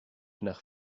nach